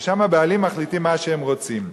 ששם הבעלים מחליטים מה שהם רוצים.